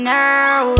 now